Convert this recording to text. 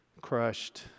crushed